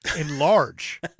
enlarge